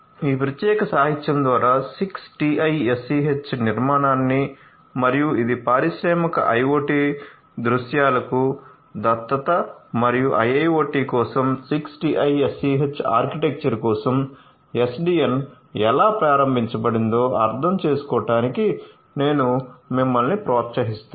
ఈ ప్రత్యేక సాహిత్యం ద్వారా 6TiSCH నిర్మాణాన్ని మరియు ఇది పారిశ్రామిక IoT దృశ్యాలకు దత్తత మరియు IIoT కోసం 6TiSCH ఆర్కిటెక్చర్ కోసం SDN ఎలా ప్రారంభించబడిందో అర్థం చేసుకోవడానికి నేను మిమ్మల్ని ప్రోత్సహిస్తాను